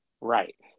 right